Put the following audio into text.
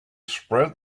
spread